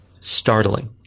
startling